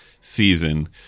season